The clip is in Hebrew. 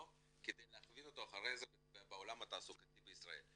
כדי להכווין אותנו אחרי זה בעולם התעסוקתי בישראל.